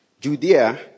Judea